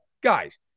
guys